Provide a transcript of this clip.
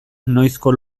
noizko